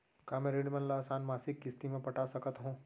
का मैं ऋण मन ल आसान मासिक किस्ती म पटा सकत हो?